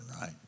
right